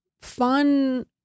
fun